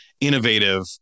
innovative